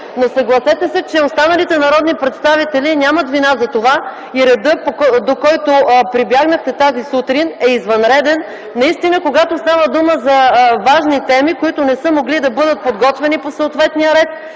Съгласете се, че останалите народни представители нямат вина за това и редът, до който прибягнахте тази сутрин е извънреден, когато става дума за важни теми, които не са могли да бъдат подготвени по съответния ред.